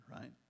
right